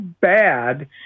bad